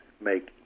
make